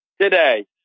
today